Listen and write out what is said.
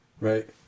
Right